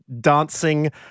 dancing